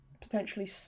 potentially